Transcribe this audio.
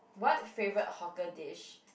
what favorite hawker dish